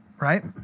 right